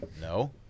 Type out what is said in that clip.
No